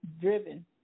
driven